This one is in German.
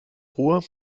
ruhr